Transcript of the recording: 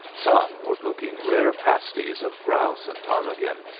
some were cooking rare pasties of grouse and ptarmigan,